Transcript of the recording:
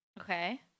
okay